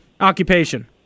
occupation